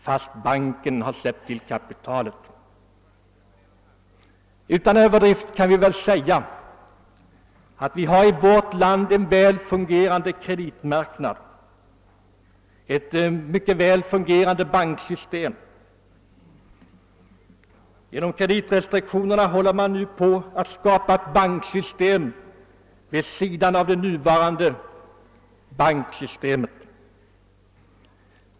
Den har bara fått släppa till kapitalet. Utan överdrift kan vi väl säga att vi i vårt land har ett väl fungerande banksystem. Genom =<kreditrestriktionerna håller nu på att skapas en kreditmarknad vid sidan av det nuvarande banksystemet.